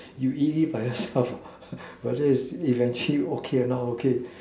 you easy by yourself brother you must see okay or not okay